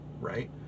right